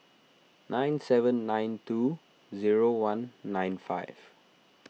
nine seven nine two zero one nine five